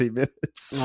minutes